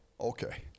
Okay